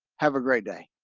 have a great day.